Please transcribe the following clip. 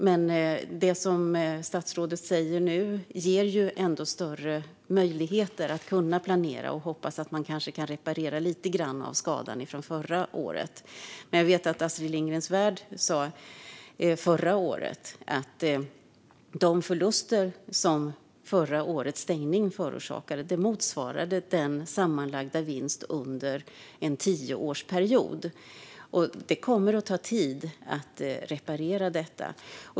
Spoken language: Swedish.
Men det som statsrådet säger nu ger större möjligheter att planera och kanske reparera lite grann av skadan från förra året. Jag vet att Astrid Lindgrens Värld förra året sa att de förluster som förra årets stängning förorsakade motsvarade den sammanlagda vinsten under en tioårsperiod. Det kommer att ta tid att reparera detta.